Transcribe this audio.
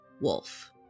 wolf